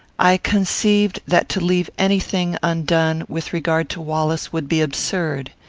i conceived that to leave any thing undone, with regard to wallace, would be absurd.